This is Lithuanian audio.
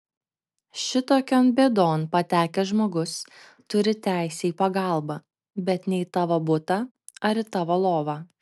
šitokion bėdon patekęs žmogus turi teisę į pagalbą bet ne į tavo butą ar į tavo lovą